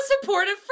supportive